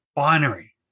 Binary